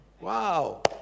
Wow